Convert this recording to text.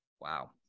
Wow